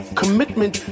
commitment